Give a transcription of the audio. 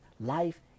Life